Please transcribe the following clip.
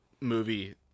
movie